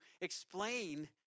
explain